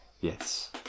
Yes